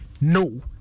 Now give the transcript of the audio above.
no